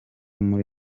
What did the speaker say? muri